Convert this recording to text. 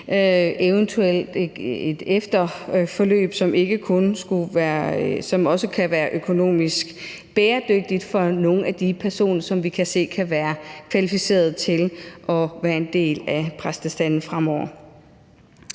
eventuelt et efterforløb, som også kan være økonomisk bæredygtigt for nogle af de personer, som vi kan se kan være kvalificerede til at være en del af præstestanden fremover.